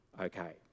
okay